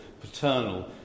paternal